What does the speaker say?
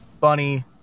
Bunny